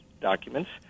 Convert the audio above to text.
documents